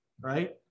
right